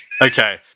Okay